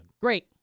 Great